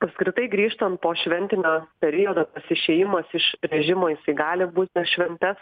apskritai grįžtant po šventinio periodo tas išėjimas iš režimo jisai gali būt per šventes